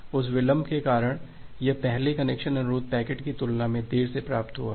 उस विलंब के कारण यह पहले कनेक्शन अनुरोध पैकेट की तुलना में देर से प्राप्त हुआ हो